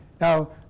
Now